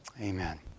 Amen